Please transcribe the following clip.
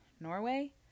Norway